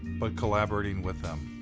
but collaborating with them.